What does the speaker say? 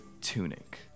tunic